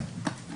בסדר, אני חדשה.